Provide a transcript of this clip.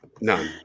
None